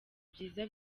byiza